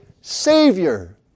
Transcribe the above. Savior